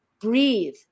breathe